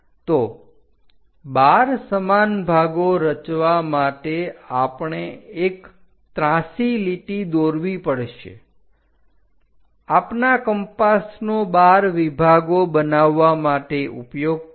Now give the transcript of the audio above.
તો 12 સમાન ભાગો રચવા માટે આપણે એક ત્રાંસી લીટી દોરવી પડશે આપના કંપાસનો 12 વિભાગો બનાવવા માટે ઉપયોગ કરો